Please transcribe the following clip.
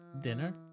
Dinner